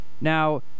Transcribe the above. Now